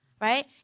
Right